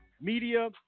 media